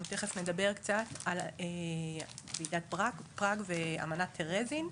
אנחנו תיכף נדבר קצת על ועידת פראג ואמנת טרזין,